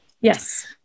Yes